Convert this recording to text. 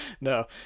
No